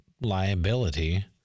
liability